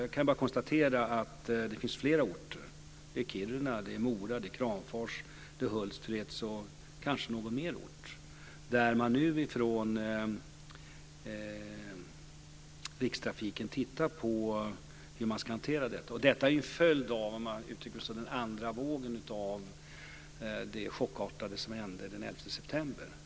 Jag kan bara konstatera att det finns flera orter - Kiruna, Mora, Kramfors, Hultsfred och kanske någon mer ort - där Rikstrafiken nu tittar på hur man ska hantera detta. Det här är ju en följd av den andra vågen, om man uttrycker det så, av det chockartade som hände den 11 september.